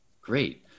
Great